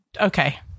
okay